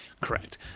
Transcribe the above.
Correct